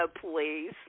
please